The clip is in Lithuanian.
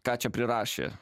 ką čia prirašė